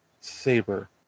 saber